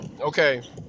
Okay